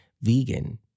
vegan